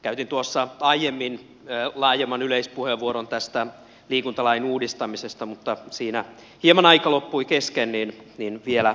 käytin tuossa aiemmin laajemman yleispuheenvuoron tästä liikuntalain uudistamisesta mutta siinä hieman aika loppui kesken niin vielä lyhyesti